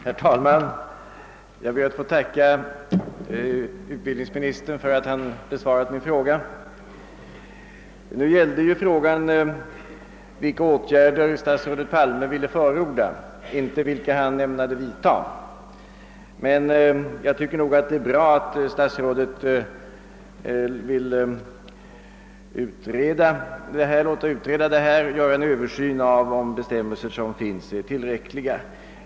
Herr talman! Jag ber att få tacka utbildningsministern för att han besvarat min fråga. Den gällde egentligen vilka åtgärder statsrådet Palme vill förorda, inte vilka han ämnade vidta, men jag finner det bra att statsrådet vill låta utreda om de bestämmelser som finns är tillräckliga.